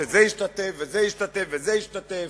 שזה השתתף וזה השתתף וזה השתתף,